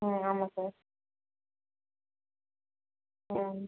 ம் ஆமாம் சார் ம்